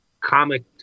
comic